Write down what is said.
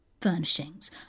furnishings